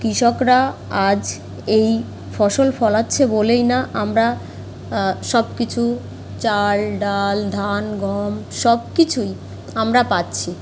কিষকরা আজ এই ফসল ফলাচ্ছে বলেই না আমরা সব কিছু চাল ডাল ধান গম সব কিছুই আমরা পাচ্ছি